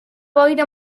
boira